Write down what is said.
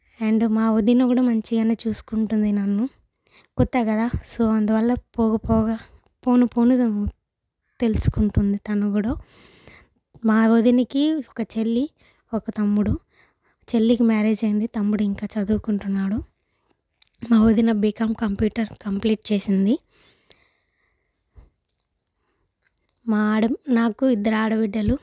and మా వదిన కూడా మంచిగానే చూసుకుంటుంది నన్ను కొత్త కదా సో అందువల్ల పోగ పోగ పోను పోను తెలుసుకుంటుంది తను కూడా మా వదినకి ఒక చెల్లి ఒక తమ్ముడు చెల్లికి మ్యారేజ్ అయింది తమ్ముడు ఇంకా చదువుకుంటున్నాడు మా వదిన బీకాం కంప్యూటర్ కంప్లీట్ చేసింది మా ఆడ నాకు ఇద్దరు ఆడబిడ్డలు